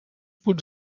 punts